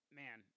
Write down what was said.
man